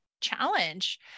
challenge